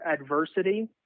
adversity